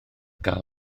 gael